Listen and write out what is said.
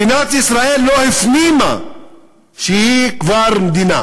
מדינת ישראל לא הפנימה שהיא כבר מדינה,